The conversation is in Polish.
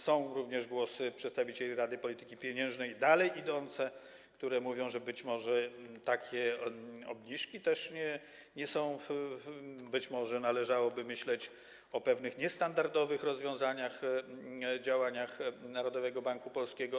Są również głosy przedstawicieli Rady Polityki Pieniężnej dalej idące, które mówią, że być może takie obniżki też nie są... być może należałoby myśleć o pewnych niestandardowych rozwiązaniach, działaniach Narodowego Banku Polskiego.